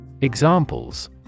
Examples